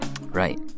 Right